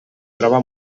troba